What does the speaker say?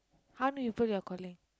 how many people your calling